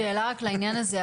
שאלה רק לעניין הזה,